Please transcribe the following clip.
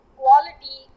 quality